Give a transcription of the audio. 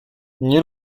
nie